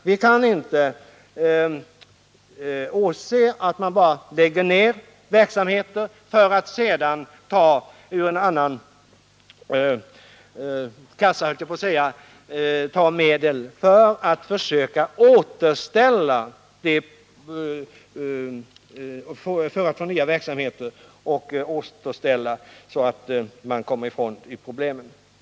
Vi kan inte åse att man bara lägger ned olika verksamheter för att sedan låt mig säga ur en annan kass ta erforderliga medel för att få nya verksamheter och därigenom försöka återställa stabiliteten och komma ifrån problemen.